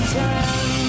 time